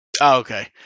Okay